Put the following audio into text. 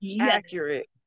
accurate